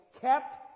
kept